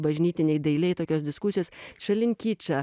bažnytinėj dailėj tokios diskusijos šalin kičą